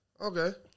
Okay